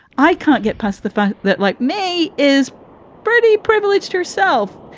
i can't get past the fact that, like me, is pretty privileged herself.